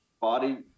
body